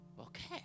Okay